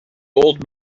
old